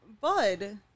Bud